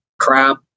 crap